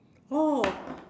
oh